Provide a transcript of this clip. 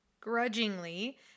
Grudgingly